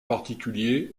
particulier